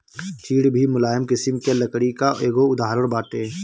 चीड़ भी मुलायम किसिम के लकड़ी कअ एगो उदाहरण बाटे